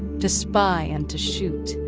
to spy and to shoot.